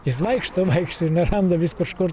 jis vaikšto vaikšto ir neranda vis kažkur